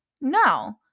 No